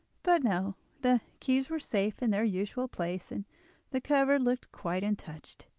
but no, the keys were safe in their usual place, and the cupboard looked quite untouched.